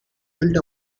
built